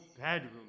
bedroom